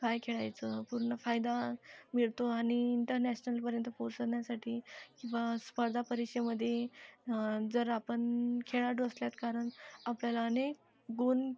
काय खेळायचं पूर्ण फायदा मिळतो आणि इंटरनॅशनलपर्यंत पोचवण्यासाठी व स्पर्धा परीक्षेमध्ये जर आपण खेळाडू असल्यास कारण आपल्याला अनेक गूण